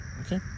Okay